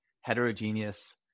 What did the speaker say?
heterogeneous